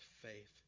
faith